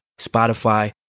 Spotify